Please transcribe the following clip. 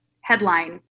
headline